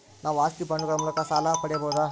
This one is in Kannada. ನಾವು ಆಸ್ತಿ ಬಾಂಡುಗಳ ಮೂಲಕ ಸಾಲ ಪಡೆಯಬಹುದಾ?